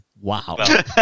Wow